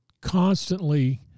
constantly